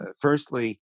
Firstly